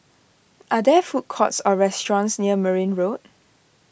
are there food courts or restaurants near Merryn Road